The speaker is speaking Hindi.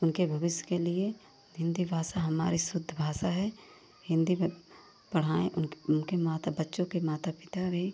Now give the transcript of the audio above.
उनके भविष्य के लिए हिन्दी भाषा हमारी शुद्ध भाषा है हिन्दी में पढ़ाएँ उनके उनके माता बच्चों के माता पिता भी